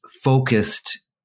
focused